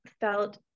felt